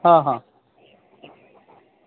हा हा